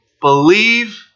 believe